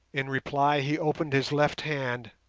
in reply he opened his left hand,